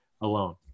alone